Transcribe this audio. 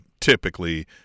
typically